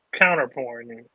counterpointing